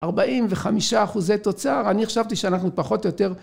45 אחוזי תוצר, אני חשבתי שאנחנו פחות או יותר